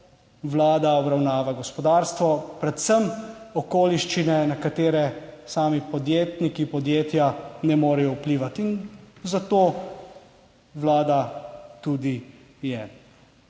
Vlada obravnava gospodarstvo, predvsem okoliščine, na katere sami podjetniki, podjetja ne morejo vplivati in zato Vlada tudi je.